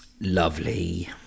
Lovely